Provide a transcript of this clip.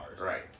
Right